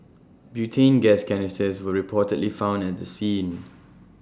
butane gas canisters were reportedly found at the scene